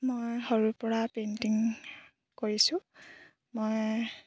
মই সৰুৰ পৰা পেইণ্টিং কৰিছোঁ মই